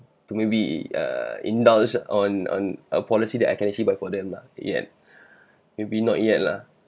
to maybe err indulge on on a policy that I can actually buy for them lah yet maybe not yet lah